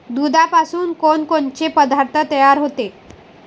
दुधापासून कोनकोनचे पदार्थ तयार होते?